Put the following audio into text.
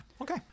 Okay